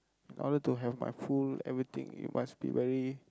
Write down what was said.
in order to have my full everything you must be very